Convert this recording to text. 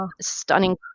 stunning